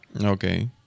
Okay